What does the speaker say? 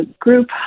group